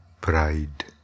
pride